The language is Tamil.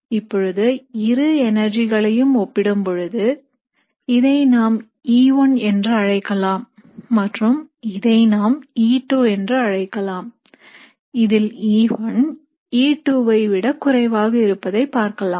இப்பொழுது இரு எனர்ஜிகளையும் ஒப்பிடும் பொழுது இதை நாம் E1 என்று அழைக்கலாம் மற்றும் இதை நாம் E2 என்று அழைக்கலாம் இதில் E1 E2 வை விட குறைவாக இருப்பதை பார்க்கலாம்